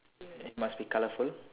it must be colourful